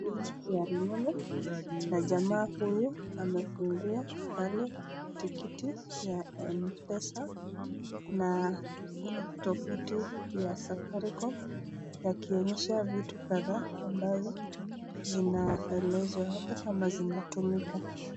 Simu ya rununu na jamaa huyu amefungua pale tikiti ya M-pesa na tovuti ya Safaricom akionyesha vitu kadhaa ambavyo zinaelezwa hapo ama zinatumika.